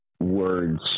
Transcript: Words